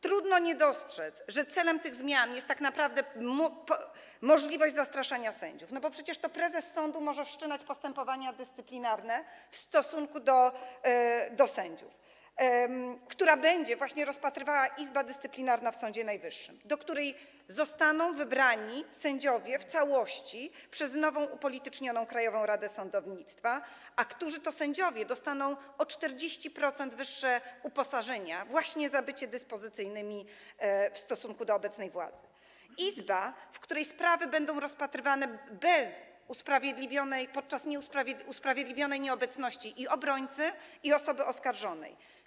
Trudno nie dostrzec, że celem tych zmian jest tak naprawdę możliwość zastraszania sędziów, no bo przecież to prezes sądu może wszczynać postępowania dyscyplinarne w stosunku do sędziów w sprawach, które będzie właśnie rozpatrywała Izba Dyscyplinarna w Sądzie Najwyższym, do której zostaną wybrani sędziowie w całości przez nową, upolitycznioną Krajową Radę Sądownictwa - którzy to sędziowie dostaną o 40% wyższe uposażenia właśnie za bycie dyspozycyjnymi w stosunku do obecnej władzy - izba, w której te sprawy będą rozstrzygane podczas usprawiedliwionej nieobecności i obrońcy, i osoby oskarżonej.